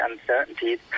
uncertainties